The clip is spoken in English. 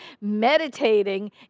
Meditating